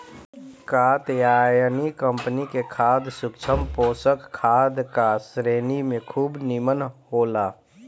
Katyayani company के खाद सूक्ष्म पोषक खाद का श्रेणी में खूब निमन होला